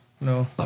No